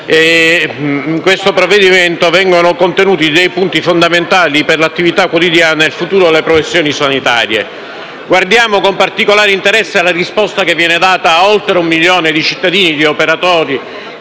in quanto nel testo sono contenuti alcuni punti fondamentali per l'attività quotidiana e il futuro delle professioni sanitarie. Guardiamo con particolare interesse alla risposta che viene data ad oltre un milione di cittadini e di operatori